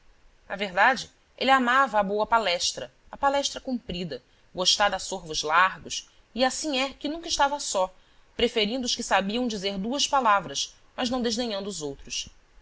na verdade ele amava a boa palestra a palestra comprida gostada a sorvos largos e assim é que nunca estava só preferindo os que sabiam dizer duas palavras mas não desdenhando os outros